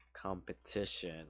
competition